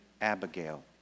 Abigail